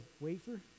wafer